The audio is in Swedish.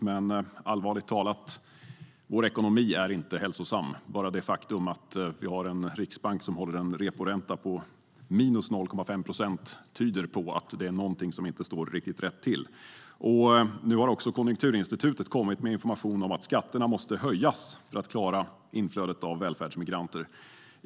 Men allvarligt talat, vår ekonomi är inte hälsosam. Bara det faktum att vi har en riksbank som håller en reporänta på minus 0,5 procent tyder på att det är något som inte står riktigt rätt till. Nu har Konjunkturinstitutet kommit med information om att skatterna måste höjas för att klara av inflödet av välfärdsmigranter.